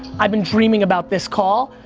i've been dreaming about this call,